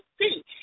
see